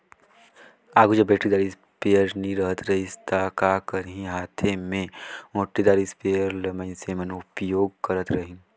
आघु जब बइटरीदार इस्पेयर नी रहत रहिस ता का करहीं हांथे में ओंटेदार इस्परे ल मइनसे मन उपियोग करत रहिन